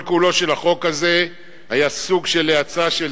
כל כולו של החוק היה סוג של האצה של